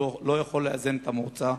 הוא לא יכול לאזן את המועצה.